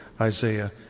Isaiah